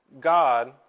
God